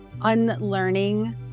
unlearning